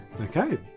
Okay